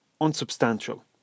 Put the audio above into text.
unsubstantial